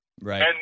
Right